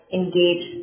engage